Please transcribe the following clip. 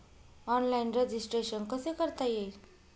Online registration कसे करता येईल?